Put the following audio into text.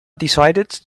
decided